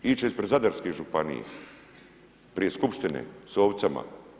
Ići će ispred Zadarske županije prije skupštine, s ovcama.